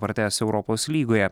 pratęs europos lygoje